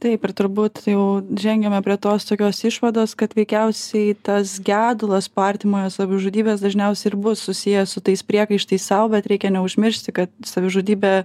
taip ir turbūt jau žengiame prie tos tokios išvados kad veikiausiai tas gedulas po artimojo savižudybės dažniausiai ir bus susijęs su tais priekaištais sau bet reikia neužmiršti kad savižudybė